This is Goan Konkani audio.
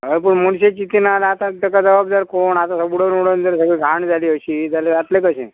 हय पूण मनशाची चितिना जाल्यार आतां तेका जबाबदार जर कोण आतां उडोवन उडोवन जर सगळीं घाण जाली अशी जाल्या जातलें कशें